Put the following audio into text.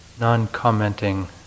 non-commenting